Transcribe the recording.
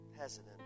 hesitant